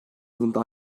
yılında